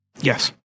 Yes